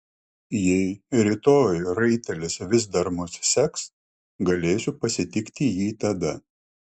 jei rytoj raitelis vis dar mus seks galėsiu pasitikti jį tada